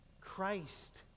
Christ